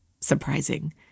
surprising